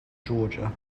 georgia